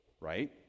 right